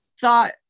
thought